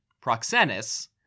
Proxenus